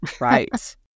Right